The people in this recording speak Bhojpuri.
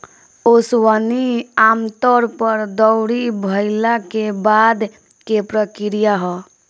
ओसवनी आमतौर पर दौरी भईला के बाद के प्रक्रिया ह